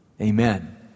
amen